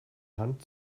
hand